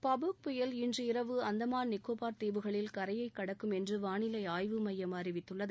Pabuk புயல் இன்று இரவு அந்தமான நிக்கோபார் தீவுகளில் கரையை கடக்கும் என்று வானிலை ஆய்வு மையம் அறிவித்துள்ளது